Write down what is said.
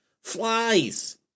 flies